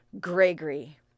Gregory